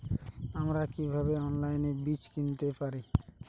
আমরা কীভাবে অনলাইনে বীজ কিনতে পারি?